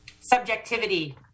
subjectivity